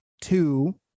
two